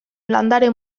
landare